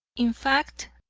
in fact,